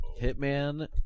Hitman